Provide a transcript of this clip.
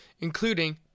including